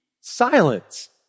silence